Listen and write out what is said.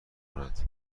کند